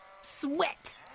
Sweat